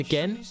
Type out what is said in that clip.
Again